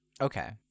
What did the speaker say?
Okay